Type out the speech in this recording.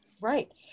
right